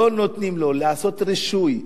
לא נותנים לו לעשות רישוי,